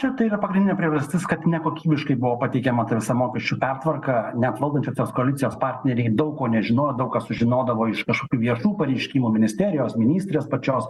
čia tai yra pagrindinė priežastis kad nekokybiškai buvo pateikiama ta visa mokesčių pertvarka net valdančiosios koalicijos partneriai daug ko nežinojo daug ką sužinodavo iš kažkokių viešų pareiškimų ministerijos ministrės pačios